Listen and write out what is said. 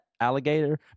alligator